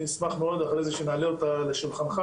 אני אשמח מאוד אחרי זה שנעלה אותה לשולחנך,